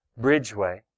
Bridgeway